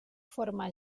forma